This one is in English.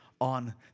on